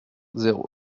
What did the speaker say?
zéro